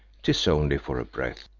tis only for a breath.